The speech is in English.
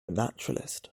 naturalist